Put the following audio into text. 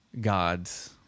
gods